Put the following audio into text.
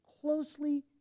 closely